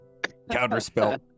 Counterspell